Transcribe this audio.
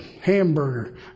hamburger